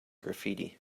graffiti